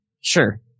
Sure